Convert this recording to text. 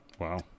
wow